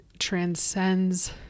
transcends